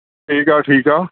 ਠੀਕ ਆ ਠੀਕ ਆ